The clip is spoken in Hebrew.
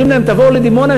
אומרים להם: תבואו לדימונה,